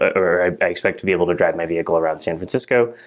or i expect to be able to drive my vehicle around san francisco,